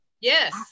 yes